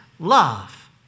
Love